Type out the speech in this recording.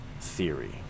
theory